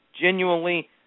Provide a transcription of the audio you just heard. genuinely